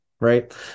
right